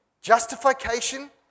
Justification